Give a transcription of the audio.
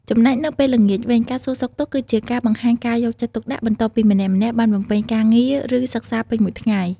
ចំណែកនៅពេលល្ងាចវិញ ការសួរសុខទុក្ខគឺជាការបង្ហាញការយកចិត្តទុកដាក់ បន្ទាប់ពីម្នាក់ៗបានបំពេញការងារ ឬសិក្សាពេញមួយថ្ងៃ។